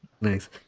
Nice